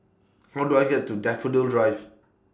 How Do I get to Daffodil Drive